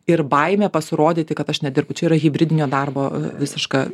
ir baimė pasirodyti kad aš nedirbu čia yra hibridinio darbo visiška